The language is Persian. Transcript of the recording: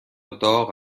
داغ